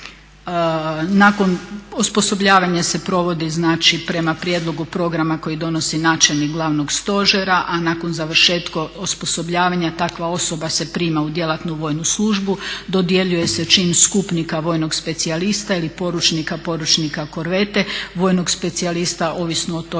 Nakon osposobljavanja se provodi znači prema prijedlogu programa koji donosi načelnik glavnog stožera, a nakon završetka osposobljavanja takva osoba se prima u djelatnu vojnu službu, dodjeljuje se čin skupnika vojnog specijalista ili poručnika, poručnika korvete, vojnog specijalista, ovisno o tome